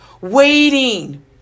waiting